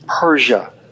Persia